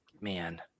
man